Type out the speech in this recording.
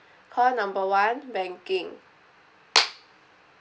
call number one banking